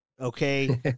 Okay